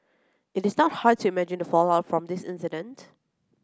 it is not hard to imagine the fallout from this incident